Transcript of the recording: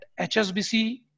HSBC